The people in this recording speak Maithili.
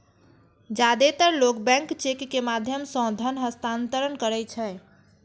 जादेतर लोग बैंक चेक के माध्यम सं धन हस्तांतरण करै छै